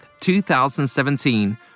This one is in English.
2017